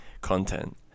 content